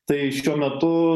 tai šiuo metu